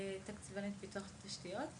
תקציבנית פיתוח תשתיות.